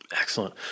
Excellent